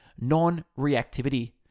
non-reactivity